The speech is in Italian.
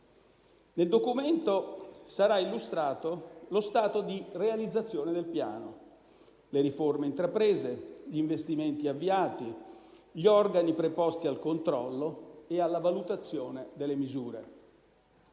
Nel documento sarà illustrato lo stato di realizzazione del Piano, le riforme intraprese, gli investimenti avviati, gli organi preposti al controllo e alla valutazione delle misure.